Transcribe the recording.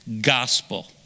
gospel